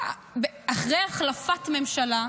אחרי החלפת ממשלה,